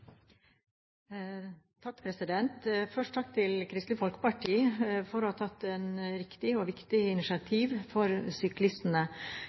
takk til Kristelig Folkeparti for å ha tatt et riktig og viktig initiativ for syklistene.